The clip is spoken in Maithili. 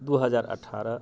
दू हजार अठारह